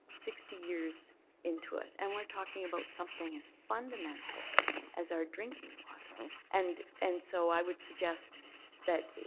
sixty years into it. and we're talking about something as fundamental as our drinking water. and and so i would suggest that